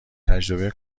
تجربه